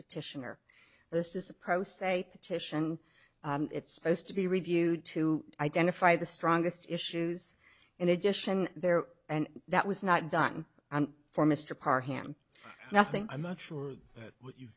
petitioner this is a pro se petition it's supposed to be reviewed to identify the strongest issues in addition there and that was not done for mr parr ham nothing i'm not sure what you